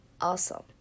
awesome